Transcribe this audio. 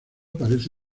parece